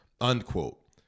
unquote